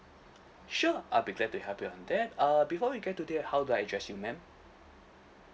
sure I'd be glad to help you on that uh before we get to there how do I address you ma'am